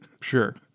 Sure